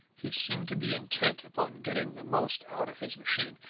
he seemed to be intent upon getting the most out of his machine,